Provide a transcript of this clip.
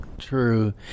true